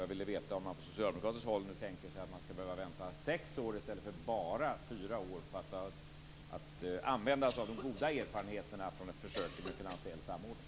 Jag vill veta om man från socialdemokraterna tänker sig att vänta sex år i stället för bara fyra år på att de goda erfarenheterna skall komma till användning.